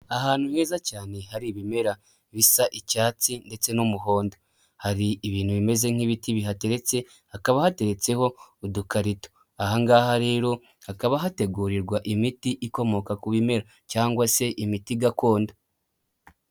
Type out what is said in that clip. Ahantu heza cyane hari ibimera bisa icyatsi ndetse n'umuhondo hari ibintu bimeze nk'ibiti bihateretse hakaba hateretseho udukarito, ahangaha rero hakaba hategurirwa imiti ikomoka ku bimera cyangwa se imiti i gakondo.